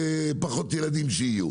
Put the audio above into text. שיהיו פחות ילדים.